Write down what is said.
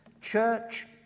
church